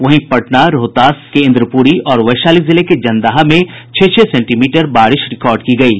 वहीं पटना रोहतास के इंद्रपुरी और वैशाली जिले के जनदाहा में छह छह सेंटीमीटर बारिश रिकॉर्ड की गयी